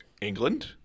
England